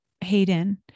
Hayden